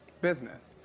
business